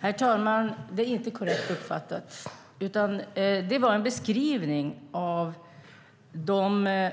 Herr talman! Det är inte korrekt uppfattat. Det var en beskrivning av de